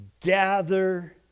gather